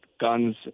guns